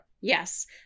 Yes